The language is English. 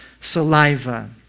saliva